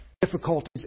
difficulties